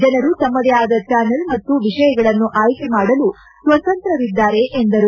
ಜನರು ತಮ್ಮದೇ ಆದ ಚಾನಲ್ ಮತ್ತು ವಿಷಯಗಳನ್ನು ಆಯ್ಲಿ ಮಾಡಲು ಸ್ವತಂತ್ರರಿದ್ದಾರೆ ಎಂದರು